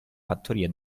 fattoria